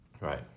right